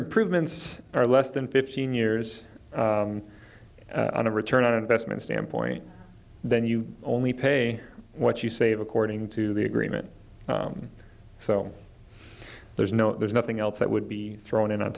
improvements are less than fifteen years on a return on investment standpoint then you only pay what you save according to the agreement so there's no there's nothing else that would be thrown on